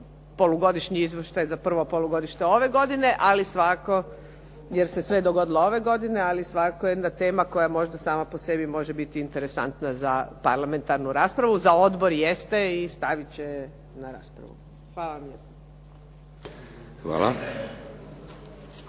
polugodišnji izvještaj za prvo polugodište ove godine, ali svakako jer se sve dogodilo ove godine, ali svakako jedna tema koja sama po sebi može biti interesantna za parlamentarnu raspravu za odbor jeste i stavit će na raspravu. Hvala vam lijepo.